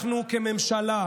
אנחנו כממשלה,